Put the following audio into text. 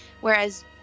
Whereas